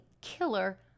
killer